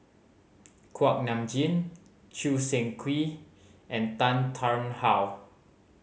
Kuak Nam Jin Choo Seng Quee and Tan Tarn How